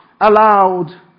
allowed